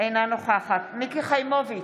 אינה נוכחת מיקי חיימוביץ'